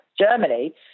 Germany